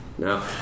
No